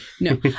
No